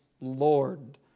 Lord